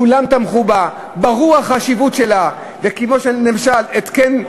כולם תמכו בה, ברורה החשיבות שלה, כמו למשל: התקן,